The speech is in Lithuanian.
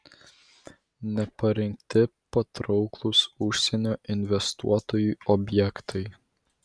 neparengti patrauklūs užsienio investuotojui objektai